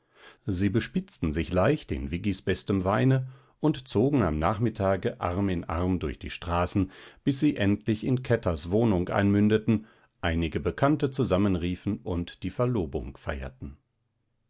sie bespitzten sich leicht in viggis bestem weine und zogen am nachmittage arm in arm durch die straßen bis sie endlich in kätters wohnung einmündeten einige bekannte zusammen riefen und die verlobung feierten